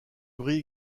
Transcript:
brille